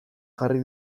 jarri